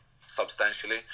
substantially